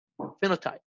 phenotype